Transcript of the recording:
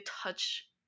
touch